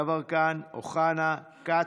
גדי יברקן, אמיר אוחנה, אופיר כץ,